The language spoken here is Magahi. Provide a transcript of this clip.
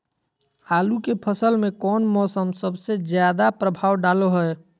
आलू के फसल में कौन मौसम सबसे ज्यादा प्रभाव डालो हय?